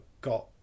got